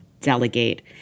delegate